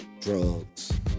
drugs